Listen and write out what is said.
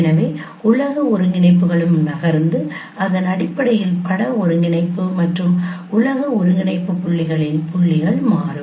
எனது உலக ஒருங்கிணைப்புகளும் நகர்ந்து அதன் அடிப்படையில் பட ஒருங்கிணைப்பு மற்றும் உலக ஒருங்கிணைப்பு புள்ளிகளின் புள்ளிகள் மாறும்